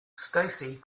stacey